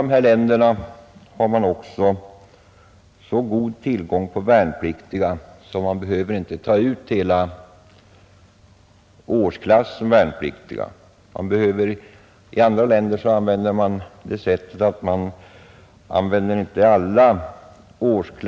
I många länder har man också så god tillgång på värnpliktiga att man inte behöver taga ut hela årsklassen värnpliktiga. Man använder sålunda inte alla årsklasser mellan 20 och 47 år som vi gör.